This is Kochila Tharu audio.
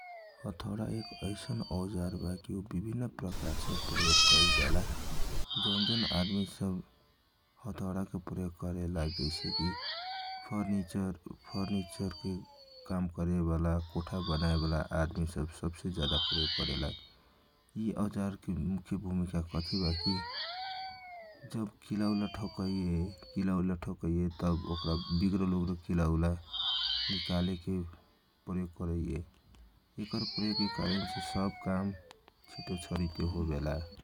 हतौरा एक औसन औजार बाकी विभिनन प्रकार छे प्रयोग कयलजाले जौन जौन आदमी सब हतौरा के प्रयोग करेला जैसे की फर्नीचर में काम करेवाला सब कोठा बनाएबाला आदमी सबछे ज्यादा प्रयोग करेला यि औजार के मुख्य भूमिका क थी बाकी जब किला उला ठोके जाला तव कौनो किला विग्रेला तव ओकरा सिधा करेके तथा निकाले के काम हतौरा करेला एकरा प्रयोग छे काम छोटो सरीतो होवेला ।